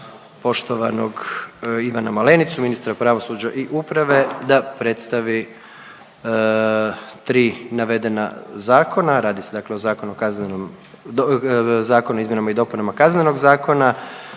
poštovanog Ivana Malenicu ministra pravosuđa i uprave da predstavi tri navedena zakona, radi se dakle o Zakonu o kaznenom, do… Zakonu o izmjenama